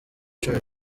cumi